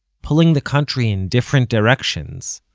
pulling the country in different directions,